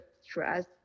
stress